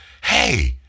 hey